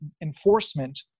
enforcement